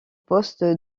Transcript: postes